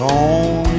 on